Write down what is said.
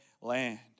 land